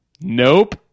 Nope